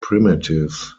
primitives